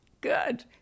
Good